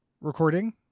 recording